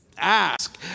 ask